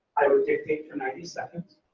i would dictate for ninety seconds.